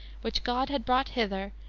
which god had brought hither,